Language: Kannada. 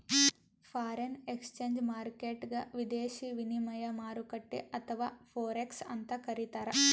ಫಾರೆನ್ ಎಕ್ಸ್ಚೇಂಜ್ ಮಾರ್ಕೆಟ್ಗ್ ವಿದೇಶಿ ವಿನಿಮಯ ಮಾರುಕಟ್ಟೆ ಅಥವಾ ಫೋರೆಕ್ಸ್ ಅಂತ್ ಕರಿತಾರ್